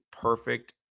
perfect